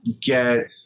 Get